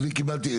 אני קיבלתי,